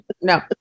no